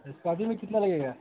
اسپاجی میں کتنا لگے گا